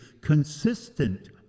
consistent